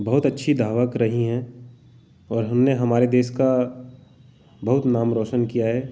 बहुत अच्छी धावक रही हैं और उन्होंने हमारे देश का बहुत नाम रौशन किया है